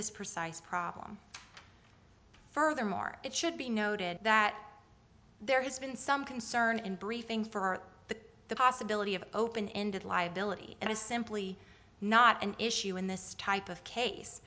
this precise problem furthermore it should be noted that there has been some concern in briefings for the the possibility of open ended liability it is simply not an issue in this type of case